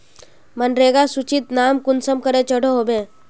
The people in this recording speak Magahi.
मनरेगा सूचित नाम कुंसम करे चढ़ो होबे?